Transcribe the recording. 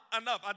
enough